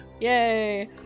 Yay